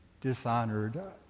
dishonored